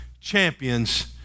champions